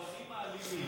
הגברים האלימים.